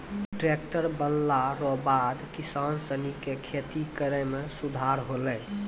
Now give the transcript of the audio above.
tractor बनला रो बाद किसान सनी के खेती करै मे सुधार होलै